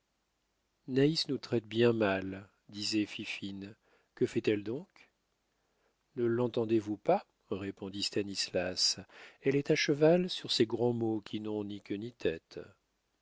naïs nous traite bien mal disait fifine que fait-elle donc ne l'entendez-vous pas répondit stanislas elle est à cheval sur ses grands mots qui n'ont ni queue ni tête